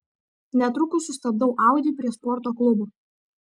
netrukus sustabdau audi prie sporto klubo